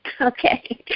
Okay